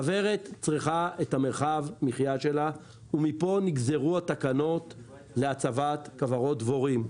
כוורת צריכה את מרחב המחיה שלה ומפה נגזרו התקנות להצבת כוורות דבורים.